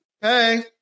Hey